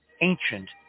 ancient